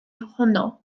honno